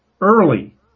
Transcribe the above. early